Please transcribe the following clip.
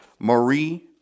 Marie